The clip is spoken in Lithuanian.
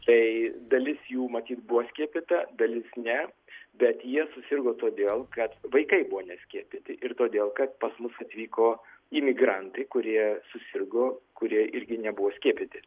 tai dalis jų matyt buvo skiepyta dalis ne bet jie susirgo todėl kad vaikai buvo neskiepyti ir todėl kad pas mus atvyko imigrantai kurie susirgo kurie irgi nebuvo skiepyti